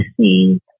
see